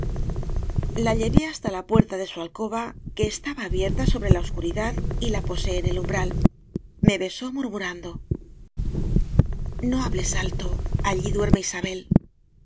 la llevé hasta la puerta de su alcoba que estaba abierta sobre la os curidad y la posé en el umbral me besó murmurando no hables alto allí duerme isabel